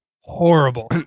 horrible